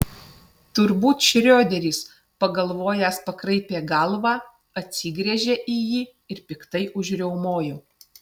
turbūt šrioderis pagalvojęs pakraipė galvą atsigręžė į jį ir piktai užriaumojo